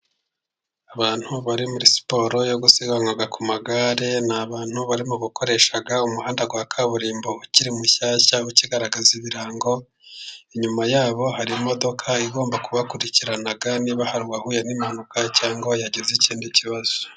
Abantu bari muri siporo yo gusiganwa ku magare, ni abantu bari mu gukoresha umuhanda wa kaburimbo ukiri mushyashya ukigaragaza ibirango, inyuma ya bo hari imodoka igomba kubakurikirana niba hari uwahuye n'impanuka, cyangwa yagize ikindi kibazo.